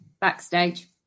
backstage